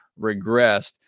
regressed